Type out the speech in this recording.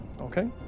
okay